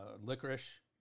licorice